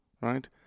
right